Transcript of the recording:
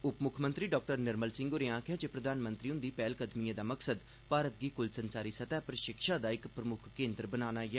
उपमुक्खमंत्री डा निर्मल सिंह होरें आक्खेआ ऐ प्रधानमंत्री हुंदियां पैह्लकदमियें दा मकसद भारत गी कुल संसारी सतह पर शिक्षा दा इक प्रमुक्ख केन्द्र बनाना ऐ